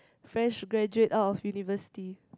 fresh graduate out of university